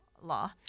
law